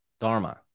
dharma